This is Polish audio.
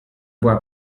była